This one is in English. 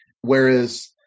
Whereas